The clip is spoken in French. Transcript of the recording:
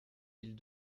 mille